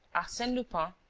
arsene lupin.